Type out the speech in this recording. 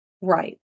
Right